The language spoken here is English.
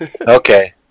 Okay